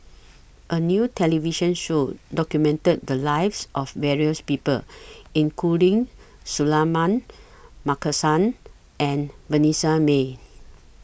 A New television Show documented The Lives of various People including Suratman Markasan and Vanessa Mae